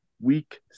Week